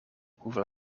hoeveel